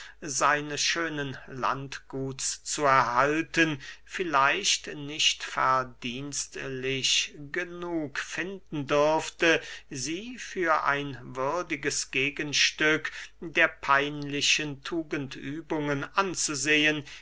seines schönen landguts zu erhalten vielleicht nicht verdienstlich genug finden dürfte sie für ein würdiges gegenstück der peinlichen tugendübungen anzusehen